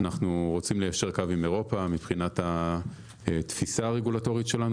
אנחנו רוצים ליישר קו עם אירופה מבחינת התפיסה הרגולטורית שלנו.